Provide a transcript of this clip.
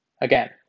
Again